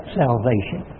salvation